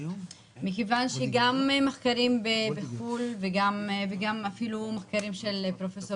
מכיוון שגם מחקרים בחוץ לארץ וגם מחקרים של פרופסור